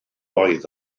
oedd